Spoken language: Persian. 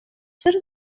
چرا